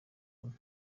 kuko